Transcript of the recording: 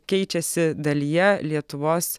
keičiasi dalyje lietuvos